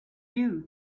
you